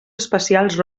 espacials